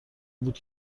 بود